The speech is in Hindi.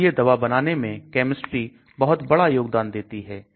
इसलिए दवा बनाने में केमिस्ट्री बहुत बड़ा योगदान देती है